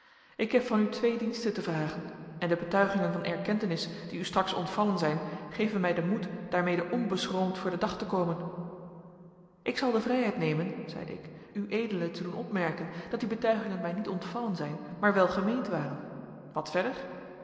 ik heb van u twee diensten te vragen en de betuigingen van erkentenis die u straks ontvallen zijn geven mij den moed daarmede onbeschroomd voor den dag te komen ik zal de vrijheid nemen zeide ik ued te doen opmerken dat die betuigingen mij niet ontvallen zijn maar welgemeend waren wat verder